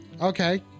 okay